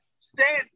stand